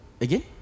Again